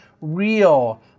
real